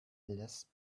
less